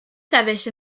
sefyll